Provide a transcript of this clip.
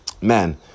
man